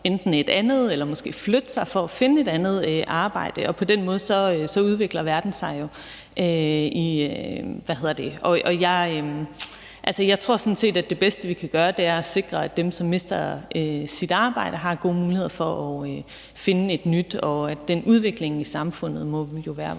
et andet arbejde eller måske flytte sig for at finde et andet arbejde. På den måde udvikler verden sig jo. Jeg tror sådan set, at det bedste, vi kan gøre, er at sikre, at dem, som mister deres arbejde, har gode muligheder for at finde et nyt. Og den udvikling i samfundet må jo være